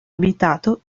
abitato